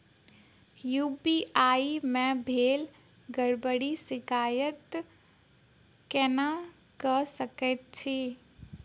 UPI मे भेल गड़बड़ीक शिकायत केना कऽ सकैत छी?